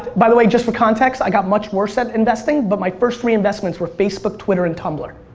by the way just for context i got much worse at investing but my first three investments were facebook, twitter and tumblr.